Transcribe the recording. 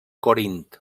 corint